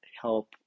help